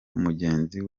mugenzi